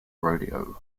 rodeo